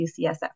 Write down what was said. UCSF